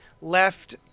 left